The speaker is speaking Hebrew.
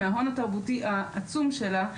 מההון התרבותי העצום שלה,